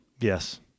Yes